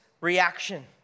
reaction